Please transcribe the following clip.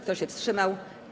Kto się wstrzymał?